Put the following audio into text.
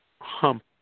hump